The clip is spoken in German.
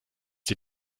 sie